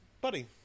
Buddy